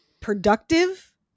productive